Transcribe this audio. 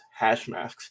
Hashmasks